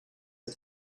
had